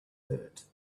dirt